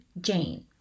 Jane